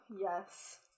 yes